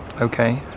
Okay